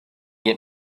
get